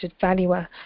valuer